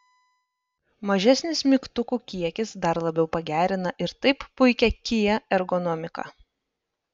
mažesnis mygtukų kiekis dar labiau pagerina ir taip puikią kia ergonomiką